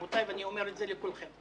ואני אומר את זה לכולכם,